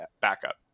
backup